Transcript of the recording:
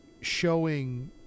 showing